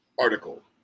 article